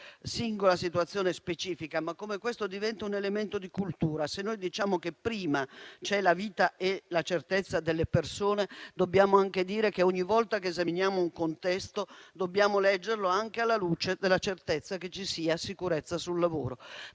singola situazione specifica, ma come questo diventa un elemento di cultura? Se noi diciamo che prima ci sono la vita e la certezza delle persone, dobbiamo anche dire che ogni volta che esaminiamo un contesto, dobbiamo leggerlo anche alla luce della certezza che ci sia sicurezza sul lavoro.